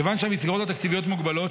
כיוון שהמסגרות התקציביות מוגבלות,